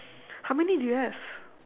how many do you have